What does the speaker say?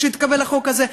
כשהתקבל החוק הזה,